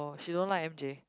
she don't like M_J